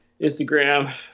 Instagram